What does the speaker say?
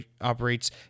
operates